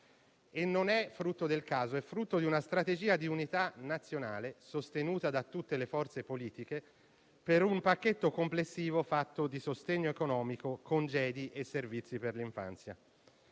e non è frutto del caso, ma di una strategia di unità nazionale, sostenuta da tutte le forze politiche, per un pacchetto complessivo fatto di sostegno economico, congedi e servizi per l'infanzia.